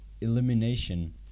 elimination